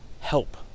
help